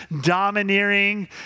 domineering